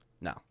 no